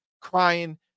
crying